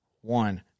one